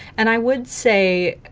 and i would say,